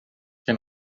que